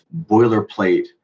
boilerplate